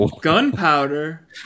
Gunpowder